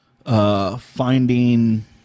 Finding